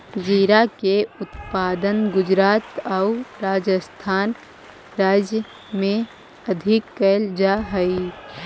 जीरा के उत्पादन गुजरात आउ राजस्थान राज्य में अधिक कैल जा हइ